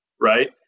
right